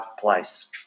place